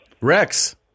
Rex